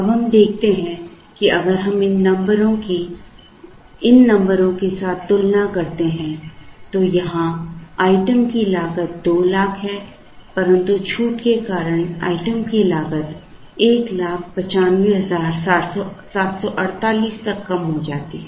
अब हम देखते हैं कि अगर हम इन नंबरों की इन नंबरों के साथ तुलना करते हैं तो यहां आइटम की लागत 200000 है परंतु छूट के कारण आइटम की लागत 1 95748 तक कम हो जाती है